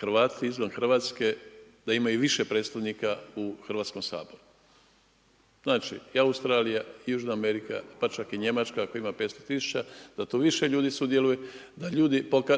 Hrvati izvan Hrvatske, da imaju više predstavnika u Hrvatskom saboru, znači i Australija, Južna Amerika, pa ček i Njemačka ako ima 500000 da to više ljudi sudjeluju,